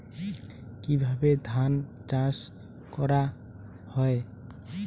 কিভাবে ধান চাষ করা হয়?